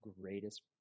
greatest